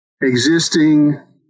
existing